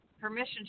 permission